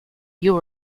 you